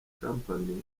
company